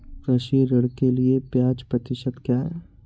कृषि ऋण के लिए ब्याज प्रतिशत क्या है?